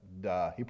duh